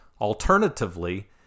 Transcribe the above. Alternatively